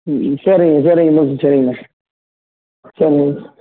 ம் சரி சரிங்க சரிங்கணா சரி